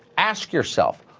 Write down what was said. ask yourself,